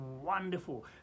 wonderful